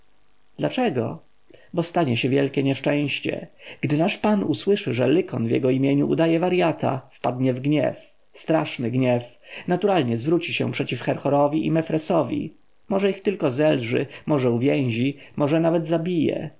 dlaczego bo stanie się wielkie nieszczęście gdy nasz pan usłyszy że lykon w jego imieniu udaje warjata wpadnie w gniew straszny gniew naturalnie zwróci się przeciw herhorowi i mefresowi może ich tylko zelży może uwięzi może nawet zabije